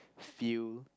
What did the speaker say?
feel